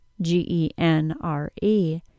G-E-N-R-E